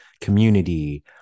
community